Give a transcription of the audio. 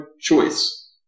choice